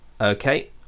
okay